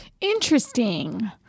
Interesting